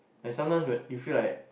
like sometimes whe~ you feel like